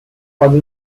quando